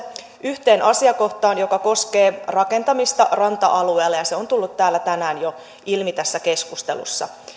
yhteen asiakohtaan joka koskee rakentamista ranta alueella ja se on tullut täällä tänään jo ilmi tässä keskustelussa